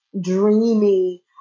dreamy